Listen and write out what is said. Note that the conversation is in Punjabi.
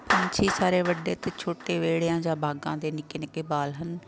ਪੰਛੀ ਸਾਰੇ ਵੱਡੇ ਅਤੇ ਛੋਟੇ ਵੇਹੜਿਆਂ ਜਾਂ ਬਾਗਾਂ 'ਤੇ ਨਿੱਕੇ ਨਿੱਕੇ ਬਾਲ ਹਨ